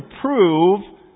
prove